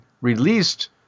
released